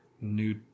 new